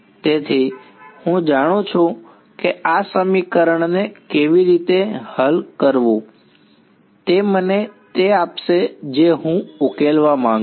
તેથી હું જાણું છું કે આ સમીકરણને કેવી રીતે હલ કરવું તે મને તે આપશે જે હું ઉકેલવા માંગુ છું